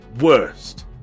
worst